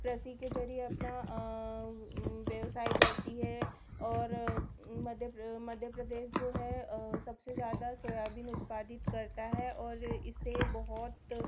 कृषि के ज़रिए अपना व्यवसाय करती है और मध्य मध्य प्रदेश जो है सब से ज़्यादा सोयाबीन उत्पादित करता है और इससे बहुत